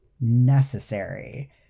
necessary